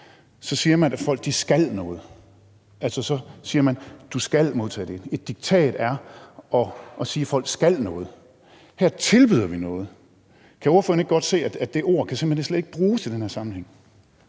siger man, at folk skal noget. Så siger man: Du skal modtage det. Et diktat er at sige, at folk skal noget. Her tilbyder vi noget. Kan ordføreren ikke godt se, at det ord simpelt hen slet ikke kan bruges i den her sammenhæng?